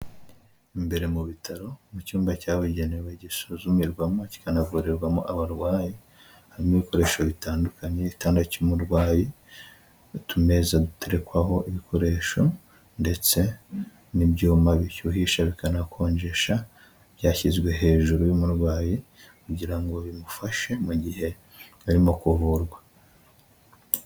Imbere mu bitaro mu cyumba cyabugenewe gisuzumirwamo kikanavurirwamo abarwayi, harimo ibikoresho bitandukanye, igitanda cy'umurwayi, utumeza duterekwaho ibikoresho ndetse n'ibyuma bishyuhisha bikanakonjesha, byashyizwe hejuru y'umurwayi kugira ngo bimufashe mu gihe arimo kuvurwa.